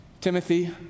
Timothy